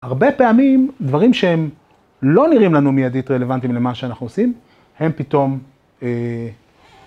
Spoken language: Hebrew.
הרבה פעמים, דברים שהם, לא נראים לנו מיידית רלוונטיים למה שאנחנו עושים, הם פתאום, אה...